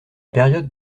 période